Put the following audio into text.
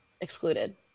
excluded